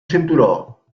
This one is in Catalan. cinturó